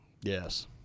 Yes